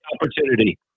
opportunity